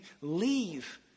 leave